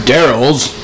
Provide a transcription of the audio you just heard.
Daryl's